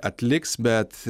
atliks bet